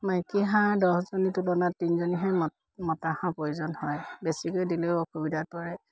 মাইকী হাঁহ দহজনীৰ তুলনাত তিনিজনীহে মতা হাঁহ প্ৰয়োজন হয় বেছিকৈ দিলেও অসুবিধাত পৰে